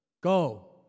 Go